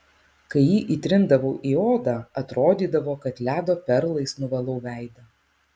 kai jį įtrindavau į odą atrodydavo kad ledo perlais nuvalau veidą